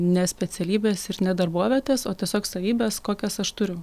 ne specialybės ir ne darbovietės o tiesiog savybės kokias aš turiu